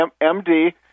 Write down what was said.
M-D